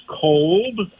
cold